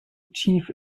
tief